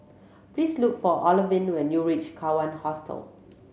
please look for Olivine when you reach Kawan Hostel